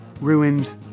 ruined